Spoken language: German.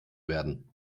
werden